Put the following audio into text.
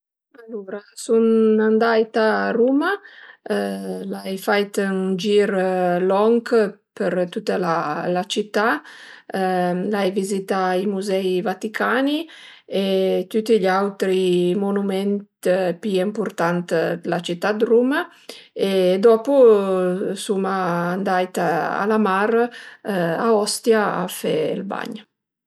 Alura sun andaita a Ruma, l'ai fai ën gir lonch për tüta la cità, l'a vizità i musei vaticani e tüti gl'autri monüment pi ëmpurtant d'la cità 'd Ruma e dopu suma andait a la mar a Ostia a fe ël bagn